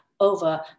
over